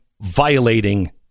violating